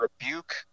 rebuke